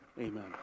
Amen